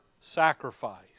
sacrifice